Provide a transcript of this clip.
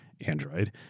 Android